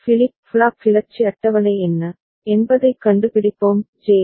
flip flop கிளர்ச்சி அட்டவணை என்ன என்பதைக் கண்டுபிடிப்போம் ஜே